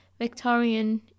Victorian